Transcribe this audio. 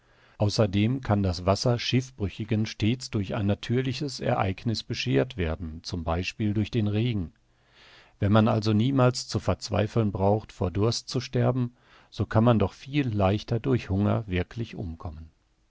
außerdem kann das wasser schiffbrüchigen stets durch ein natürliches ereigniß bescheert werden z b durch den regen wenn man also niemals zu verzweifeln braucht vor durst zu sterben so kann man doch viel leichter durch hunger wirklich umkommen